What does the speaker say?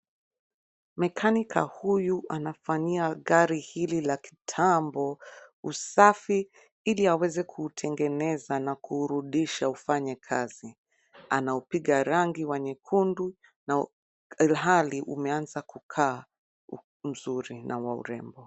Mechanic huyu anafanyia gari hili la kitambo usafi ili aweze kuutengeneza na kuurudisha ufanye kazi. Anaupiga rangi wa nyekundu na ilhali umeanza kukaa mzuri na wa urembo.